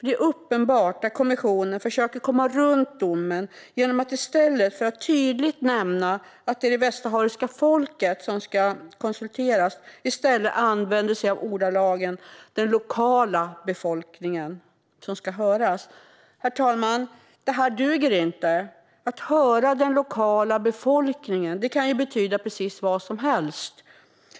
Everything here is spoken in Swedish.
Det är uppenbart att kommissionen försöker komma runt domen genom att i stället för att tydligt nämna att det är det västsahariska folket som ska konsulteras använda sig av dessa ordalag: den lokala befolkningen som ska höras. Herr talman! Detta duger inte. Att höra den lokala befolkningen kan ju betyda precis vad som helst.